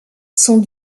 sont